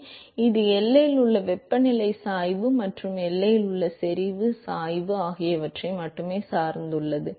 மேலும் இது எல்லையில் உள்ள வெப்பநிலை சாய்வு மற்றும் எல்லையில் உள்ள செறிவு சாய்வு ஆகியவற்றை மட்டுமே சார்ந்துள்ளது